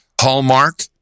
Hallmark